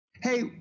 Hey